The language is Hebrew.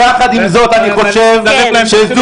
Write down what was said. יחד עם זאת, אני חושב שזו